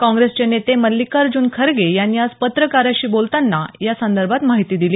काँग्रेसचे नेते मल्लीकार्जून खरगे यांनी आज पत्रकारांशी बोलताना या संदर्भात माहिती दिली